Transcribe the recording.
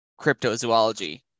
Cryptozoology